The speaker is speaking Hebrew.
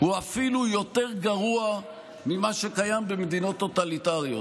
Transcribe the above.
המצב שלנו בהקשר הזה הוא אפילו יותר גרוע ממה שקיים במדינות טוטליטריות.